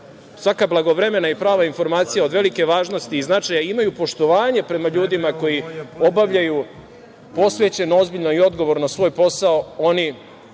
svaka blagovremena i prava informacija od velike važnosti i značaja, imaju poštovanje prema ljudima koji obavljaju posvećeno, ozbiljno i odgovorno svoj posao,